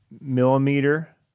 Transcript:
millimeter